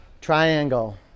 triangle